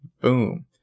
boom